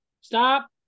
Stop